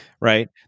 right